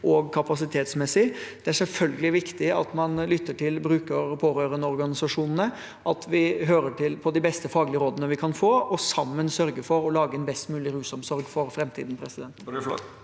og kapasitetsmessig vi ønsker oss. Det er selvfølgelig viktig at man lytter til bruker- og pårørendeorganisasjonene, at vi hører på de beste faglige rådene vi kan få, og sammen sørger for å lage en best mulig rusomsorg for framtiden. Sandra